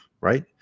right